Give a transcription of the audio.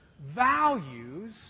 values